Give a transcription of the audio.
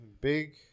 Big